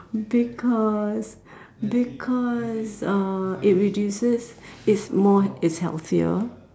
because because uh it reduces it's more it's healthier